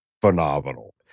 phenomenal